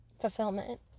fulfillment